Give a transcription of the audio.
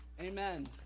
Amen